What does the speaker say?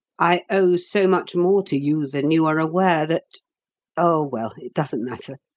i owe so much more to you than you are aware, that oh, well, it doesn't matter.